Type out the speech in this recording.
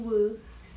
um